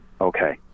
Okay